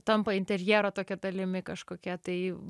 tampa interjero tokia dalimi kažkokia tai